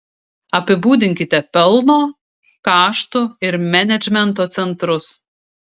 apibūdinkite pelno kaštų ir menedžmento centrus